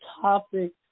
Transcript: topic